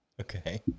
Okay